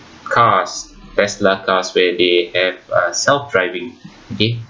cars Tesla cars where they have uh self driving okay